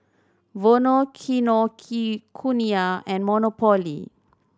Vono Kinokuniya and Monopoly